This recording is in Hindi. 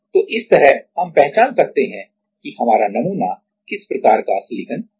तो इस तरह हम पहचान सकते हैं कि हमारा नमूना किस प्रकार का सिलिकॉन वेफर्स है